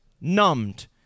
numbed